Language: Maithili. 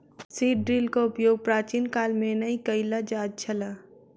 सीड ड्रीलक उपयोग प्राचीन काल मे नै कय ल जाइत छल